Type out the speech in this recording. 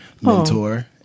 mentor